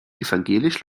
evangelisch